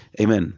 Amen